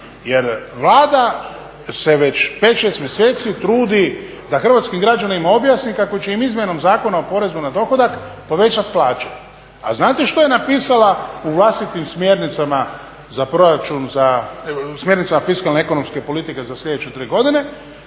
Jer Vlada se već 5, 6 mjeseci trudi da hrvatskim građanima objasni kako će im izmjenom Zakona o porezu na dohodak povećati plaće. A znate što je napisala u vlastitim smjernicama fiskalne ekonomske politike za sljedeće tri godine?